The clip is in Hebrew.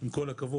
עם כל הכבוד.